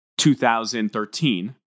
2013